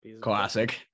Classic